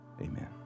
amen